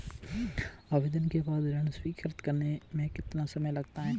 आवेदन के बाद ऋण स्वीकृत करने में कितना समय लगता है?